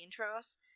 intros